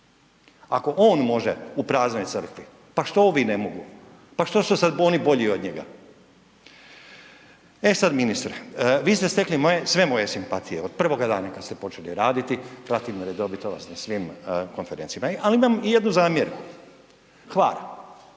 ako on može u praznoj crkvi, pa što ovi ne mogu? Pa što su sada oni bolji od njega? E sada ministre, vi ste stekli sve moje simpatije od prvoga dana kada ste počeli raditi, pratim redovito vas na svim konferencijama, ali imam jednu zamjerku. Hvar,